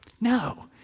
No